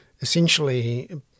essentially